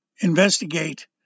investigate